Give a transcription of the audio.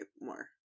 more